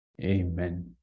Amen